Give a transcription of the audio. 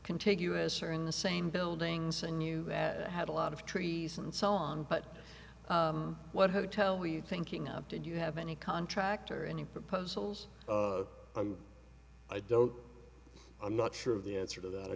contiguous are in the same buildings and new that had a lot of trees and so on but what hotel were you thinking of did you have any contract or any proposals of i don't i'm not sure of the answer to that i